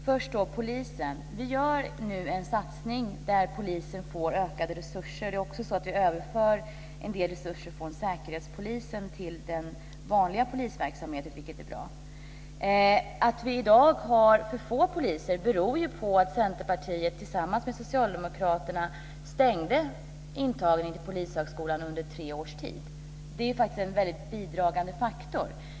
Fru talman! Först polisen. Vi gör nu en satsning där polisen får ökade resurser. Vi överför också en del resurser från säkerhetspolisen till den vanliga polisverksamheten, vilket är bra. Att vi i dag har för få poliser beror ju på att Centerpartiet tillsammans med Socialdemokraterna stängde intagningen till polishögskolan under tre års tid. Det är en starkt bidragande faktor.